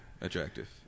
attractive